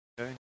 Okay